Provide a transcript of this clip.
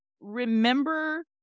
remember